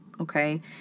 okay